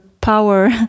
power